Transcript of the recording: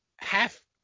half